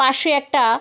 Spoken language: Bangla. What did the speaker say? পাশে একটা